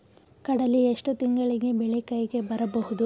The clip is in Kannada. ಕಡಲಿ ಎಷ್ಟು ತಿಂಗಳಿಗೆ ಬೆಳೆ ಕೈಗೆ ಬರಬಹುದು?